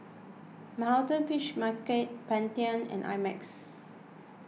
Manhattan Fish Market Pantene and I Max